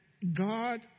God